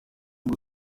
ngo